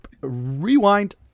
Rewind